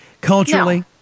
culturally